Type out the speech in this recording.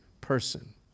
person